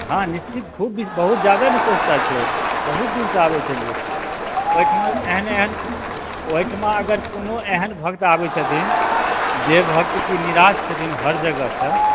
हँ निश्चित खूब वि बहुत जादे बिशेषता छै बहुत दूर से आबै छै लोक ओहिठाम एहन एहन ओहि ठाम अगर कोनो एहन भक्त आबै छथिन जे भक्त कि निराश छथिन हर जगह से